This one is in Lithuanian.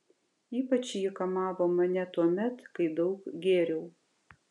ypač ji kamavo mane tuomet kai daug gėriau